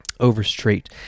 Overstreet